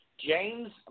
James